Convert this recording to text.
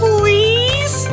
Please